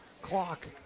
clock